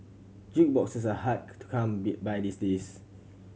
jukeboxes are hard to come be by these days